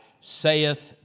saith